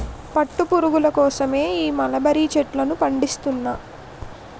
పట్టు పురుగుల కోసమే ఈ మలబరీ చెట్లను పండిస్తున్నా